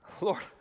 Lord